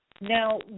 Now